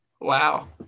Wow